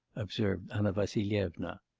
observed anna vassilyevna.